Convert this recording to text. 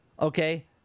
okay